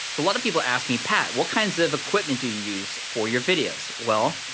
so a lot of people ask me, pat, what kinds of equipment do you use for your videos? well,